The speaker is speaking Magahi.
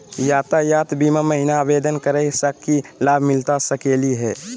यातायात बीमा महिना आवेदन करै स की लाभ मिलता सकली हे?